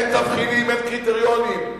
אין תבחינים, אין קריטריונים.